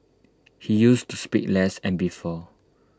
he used to speak less and before